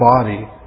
body